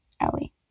Ellie